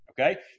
Okay